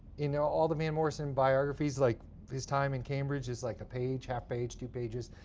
you know all the van morrison biographies, like his time in cambridge is like a page, half page, two pages.